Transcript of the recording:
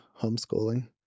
homeschooling